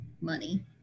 money